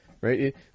right